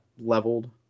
leveled